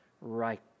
right